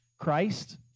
Christ